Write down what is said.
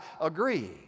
agree